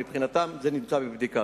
מבחינתם, זה נמצא בבדיקה.